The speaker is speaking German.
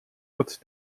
wird